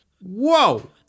Whoa